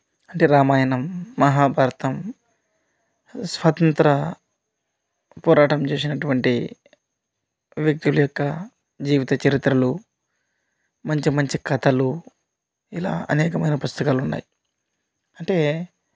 అంటే రామాయణం మహాభారతం స్వతంత్ర పోరాటం చేసినటువంటి వ్యక్తుల యొక్క జీవిత చరిత్రలు మంచి మంచి కథలు ఇలా అనేకమైన పుస్తకాలు ఉన్నాయి అంటే